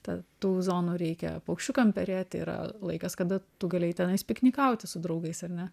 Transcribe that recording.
ta tų zonų reikia paukščiukam perėti yra laikas kada tu gali tenais piknikauti su draugais ar ne